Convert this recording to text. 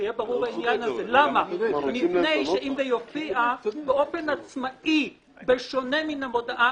כי אם זה יופיע באופן עצמאי בשונה מהמודעה,